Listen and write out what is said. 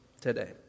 today